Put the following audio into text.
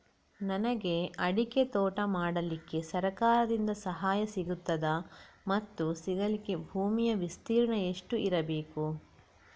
ನನಗೆ ಅಡಿಕೆ ತೋಟ ಮಾಡಲಿಕ್ಕೆ ಸರಕಾರದಿಂದ ಸಹಾಯ ಸಿಗುತ್ತದಾ ಮತ್ತು ಸಿಗಲಿಕ್ಕೆ ಭೂಮಿಯ ವಿಸ್ತೀರ್ಣ ಎಷ್ಟು ಇರಬೇಕು?